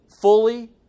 fully